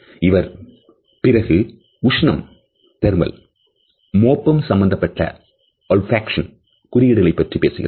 இவர் பிறகு உஷ்ணம் மோப்பம் சம்பந்தப்பட்ட குறியீடுகளைப் பற்றி பேசுகிறார்